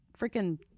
freaking